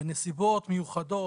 בנסיבות מיוחדות,